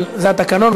אבל זה התקנון.